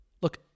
Look